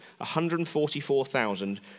144,000